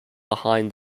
behind